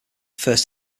first